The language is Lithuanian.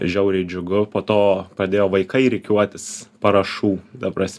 žiauriai džiugu po to pradėjo vaikai rikiuotis parašų ta pras